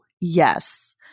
Yes